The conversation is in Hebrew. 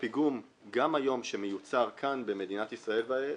הפיגום שמיוצר בארץ כיום,